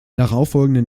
darauffolgenden